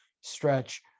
stretch